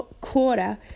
quarter